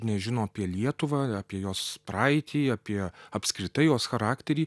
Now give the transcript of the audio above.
nežino apie lietuvą apie jos praeitį apie apskritai jos charakterį